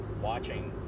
watching